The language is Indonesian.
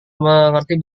mengerti